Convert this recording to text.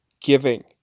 giving